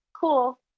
cool